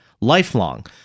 lifelong